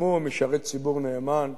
גם הוא משרת ציבור נאמן,